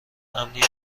امنیت